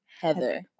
Heather